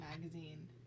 Magazine